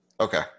Okay